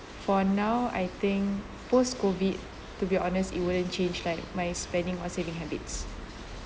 for now I think post COVID to be honest it wouldn't change like my spending or saving habits